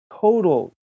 total